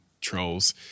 trolls